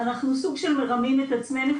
אנחנו סוג של מרמים את עצמנו,